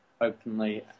openly